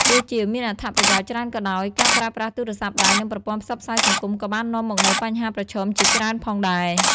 ទោះជាមានអត្ថប្រយោជន៍ច្រើនក៏ដោយ ការប្រើប្រាស់ទូរស័ព្ទដៃ និងប្រព័ន្ធផ្សព្វផ្សាយសង្គមក៏បាននាំមកនូវបញ្ហាប្រឈមជាច្រើនផងដែរ។